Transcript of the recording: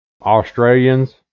Australians